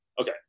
Okay